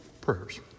prayers